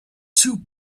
two